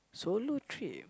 solo trip